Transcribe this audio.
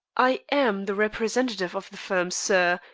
i am the representative of the firm, sir,